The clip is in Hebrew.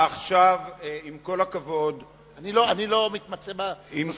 עכשיו, עם כל הכבוד, אני לא מתמצא בסיבה, התוכנית.